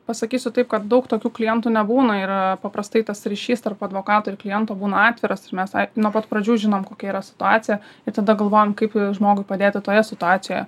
pasakysiu taip kad daug tokių klientų nebūna ir paprastai tas ryšys tarp advokato ir kliento būna atviras ir mes nuo pat pradžių žinom kokia yra situacija ir tada galvojam kaip žmogui padėti toje situacijoje